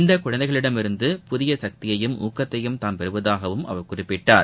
இந்த குழந்தைகளிடமிருந்து புது சக்தியையும் ஊக்கத்தையும் தாம் பெறுவதாக அவர் குறிப்பிட்டார்